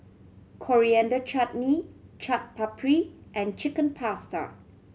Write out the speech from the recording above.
Coriander Chutney Chaat Papri and Chicken Pasta